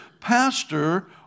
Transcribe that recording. Pastor